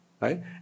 right